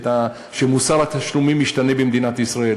שמוסר התשלומים ישתנה במדינת ישראל